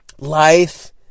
life